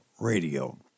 Radio